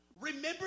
Remember